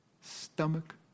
stomach